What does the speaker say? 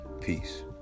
Peace